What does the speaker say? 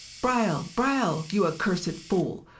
braile braile, you accursed fool!